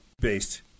based